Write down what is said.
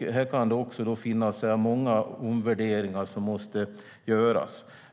Här kan det finnas många omvärderingar som behöver göras.